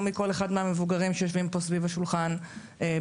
או מכל אחד מהמבוגרים שיושבים פה סביב השולחן ברשתות.